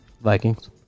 Vikings